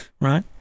right